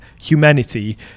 humanity